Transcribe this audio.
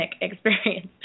experience